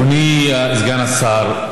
אדוני סגן השר,